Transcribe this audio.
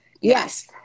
yes